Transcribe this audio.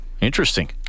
Interesting